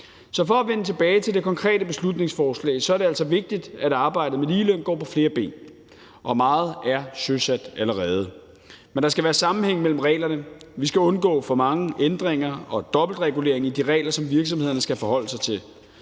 Så for at vende tilbage til det konkrete beslutningsforslag er det altså vigtigt, at arbejdet med ligeløn går på flere ben, og meget er søsat allerede. Men der skal være sammenhæng mellem reglerne; vi skal undgå for mange ændringer og dobbeltregulering i de regler, som virksomhederne skal forholde sig til.